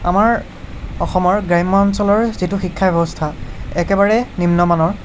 আমাৰ অসমৰ গ্ৰাম্য়াঞ্চলৰ যিটো শিক্ষা ব্যৱস্থা একেবাৰে নিম্নমানৰ